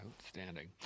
outstanding